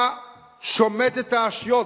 אתה שומט את האושיות